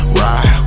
ride